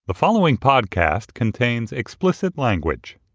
the following podcast contains explicit language